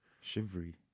shivery